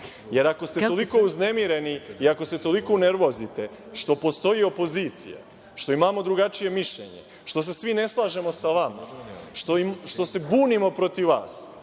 ako ste toliko uznemireni i ako se toliko unervozite što postoji opozicija, što imamo drugačije mišljenje, što se svi ne slažemo sa vama, što se bunimo protiv vas,